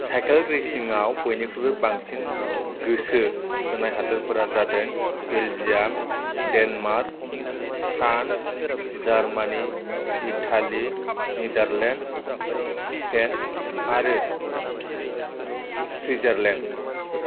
cycle रेसिंआव बयनिख्रुइबो बांसिन गोसो होनाय हादोरफोरा जादों Belgium Denmark France Germany Italy Netherlands Spain और स्विट्जरलैंड